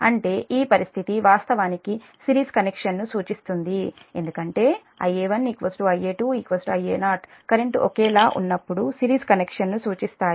అంటే ఈ పరిస్థితి వాస్తవానికి సిరీస్ కనెక్షన్ను సూచిస్తుంది ఎందుకంటే Ia1 Ia2 Ia0కరెంట్ ఒకేలా ఉన్నప్పుడు సిరీస్ కనెక్షన్ను సూచిస్తాయి